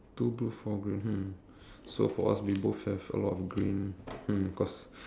oh I saw the topic for creative so let's leave that for last